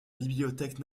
bibliothèque